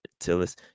Tillis